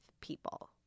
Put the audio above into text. people